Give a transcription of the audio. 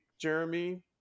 jeremy